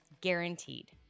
guaranteed